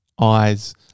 eyes